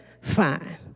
fine